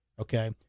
okay